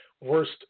worst